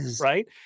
right